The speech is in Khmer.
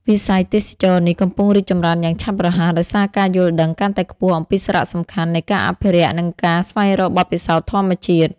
វិស័យទេសចរណ៍នេះកំពុងរីកចម្រើនយ៉ាងឆាប់រហ័ស ដោយសារការយល់ដឹងកាន់តែខ្ពស់អំពីសារៈសំខាន់នៃការអភិរក្ស និងការស្វែងរកបទពិសោធន៍ធម្មជាតិ។